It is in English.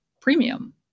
premium